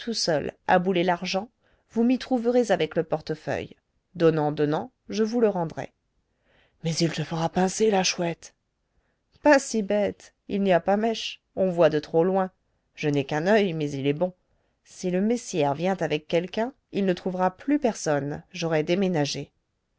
seul aboulez l'argent vous m'y trouverez avec le portefeuille donnant donnant je vous le rendrai mais il te fera pincer la chouette pas si bête il n'y a pas mèche on voit de trop loin je n'ai qu'un oeil mais il est bon si le messière vient avec quelqu'un il ne trouvera plus personne j'aurai déménagé